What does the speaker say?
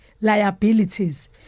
liabilities